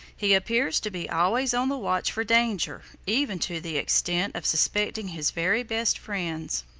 he appears to be always on the watch for danger, even to the extent of suspecting his very best friends.